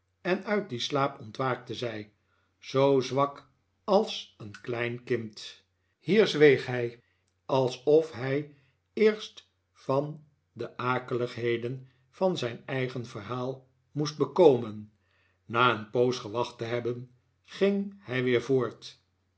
en uit dien slaap ontwaakte zij zoo zwak als een heel klein kind hier zweeg hij alsof hij eerst van de akeligheden van zijn eigen verhaal moest bekomen na een poos gewacht te hebben ging hij weer voort